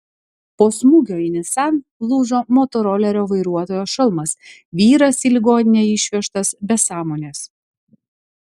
po smūgio į nissan lūžo motorolerio vairuotojo šalmas vyras į ligoninę išvežtas be sąmonės